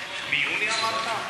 ביולי אמרת?